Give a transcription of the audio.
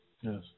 Yes